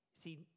See